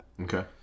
Okay